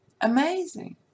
amazing